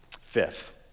fifth